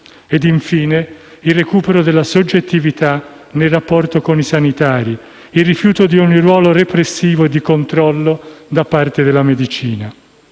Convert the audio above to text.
e infine il recupero della soggettività nel rapporto con i sanitari, il rifiuto di ogni ruolo repressivo e di controllo da parte della medicina.